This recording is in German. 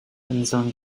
inseln